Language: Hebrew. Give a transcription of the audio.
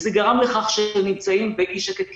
וזה גרם לכך שהם נמצאים באי שקט קיצוני.